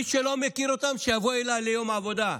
מי שלא מכיר אותן, שיבוא אליי ליום עבודה,